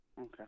Okay